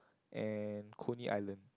and Coney-Island